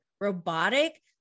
robotic